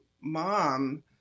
mom